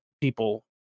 people